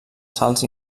salts